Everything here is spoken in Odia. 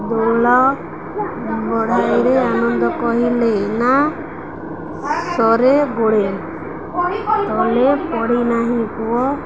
ଦୋଳ ବଢ଼ାଇଲେ ଆନନ୍ଦ କହିଲେ ନା ସରେ ଗୋଡ଼େ ତଳେ ପଡ଼ି ନାହିଁ ପୁଅ